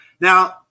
Now